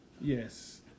Yes